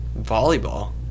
Volleyball